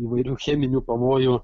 įvairių cheminių pavojų